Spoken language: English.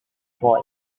boy